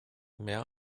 mehr